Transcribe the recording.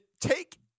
take